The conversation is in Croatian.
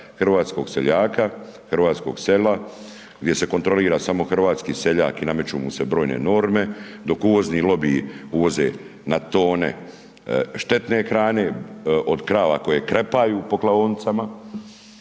hrvatskog seljaka, hrvatskog sela, gdje se kontrolira samo hrvatski seljak i nameću mu se brojne norme, dok uvozni lobiji uvoze na tone štetne hrane, od krava koje krepaju po klaonicama,